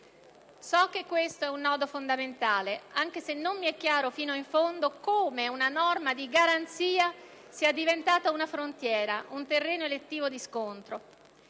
So che questo è un nodo fondamentale, anche se non mi è chiaro fino in fondo come una norma di garanzia sia diventata una frontiera, un terreno elettivo di scontro.